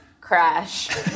crash